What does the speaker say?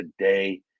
today